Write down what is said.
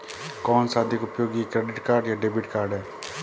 कौनसा अधिक उपयोगी क्रेडिट कार्ड या डेबिट कार्ड है?